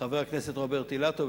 חבר הכנסת רוברט אילטוב,